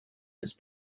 his